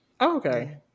Okay